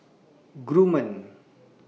Gourmet